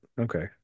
Okay